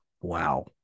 Wow